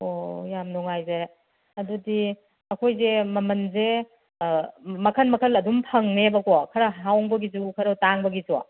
ꯑꯣ ꯌꯥꯝ ꯅꯨꯡꯉꯥꯏꯖꯔꯦ ꯑꯗꯨꯗꯤ ꯑꯩꯈꯣꯏꯁꯦ ꯃꯃꯜꯁꯦ ꯃꯈꯜ ꯃꯈꯜ ꯑꯗꯨꯝ ꯐꯪꯅꯦꯕꯀꯣ ꯈꯔ ꯍꯣꯡꯕꯒꯤꯁꯨ ꯈꯔ ꯇꯥꯡꯕꯒꯤꯁꯨ